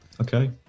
Okay